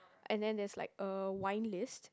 and then there's like a wine list